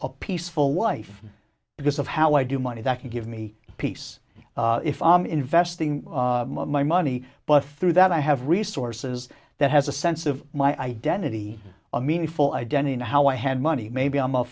a peaceful life because of how i do money that can give me peace if i am investing my money but through that i have resources that has a sense of my identity a meaningful identity and how i had money maybe i'm a